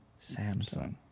Samsung